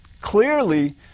clearly